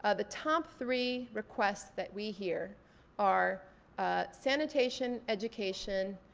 ah the top three requests that we hear are sanitation, education,